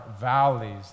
valleys